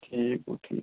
ٹھیٖک و ٹھیٖک